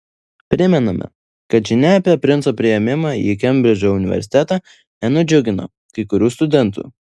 primename kad žinia apie princo priėmimą į kembridžo universitetą nenudžiugino kai kurių studentų